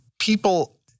people